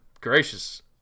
gracious